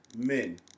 men